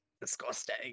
Disgusting